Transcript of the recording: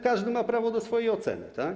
Każdy ma prawo do swojej oceny, tak.